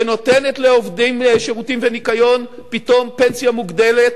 שנותנת לעובדי שירותים וניקיון פתאום פנסיה מוגדלת